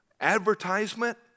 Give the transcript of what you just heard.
advertisement